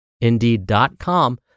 Indeed.com